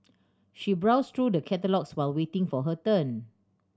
she browsed through the catalogues while waiting for her turn